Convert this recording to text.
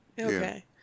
Okay